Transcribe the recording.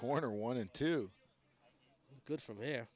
corner one and two good from here